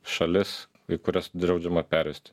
šalis į kurias draudžiama pervesti